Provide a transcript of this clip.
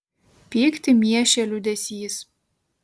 pyktį miešė liūdesys